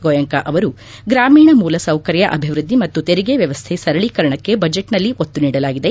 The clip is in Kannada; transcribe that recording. ಗೋಯಂಕಾ ಅವರು ಗ್ರಾಮೀಣ ಮೂಲಸೌಕರ್ಯ ಅಭಿವೃದ್ಧಿ ಮತ್ತು ತೆರಿಗೆ ವ್ಚವಸ್ಥೆ ಸರಳೀಕರಣಕ್ಕೆ ಬಜೆಟ್ನಲ್ಲಿ ಒತ್ತು ನೀಡಲಾಗಿದೆ